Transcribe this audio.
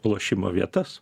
lošimo vietas